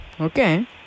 Okay